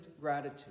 gratitude